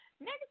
next